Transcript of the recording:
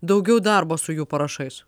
daugiau darbo su jų parašais